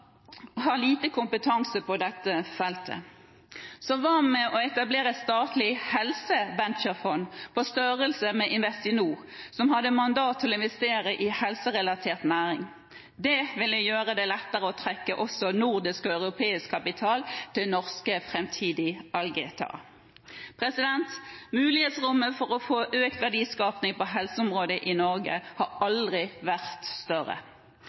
har lite kompetanse på dette feltet. Så hva med å etablere et statlig helseventurefond på størrelse med Investinor, som hadde mandat til å investere i helserelatert næring. Det ville gjøre det lettere å trekke også nordisk og europeisk kapital til norske framtidige «Algetaer». Mulighetsrommet for å få økt verdiskaping på helseområdet i Norge har aldri vært større.